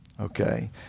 okay